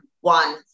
one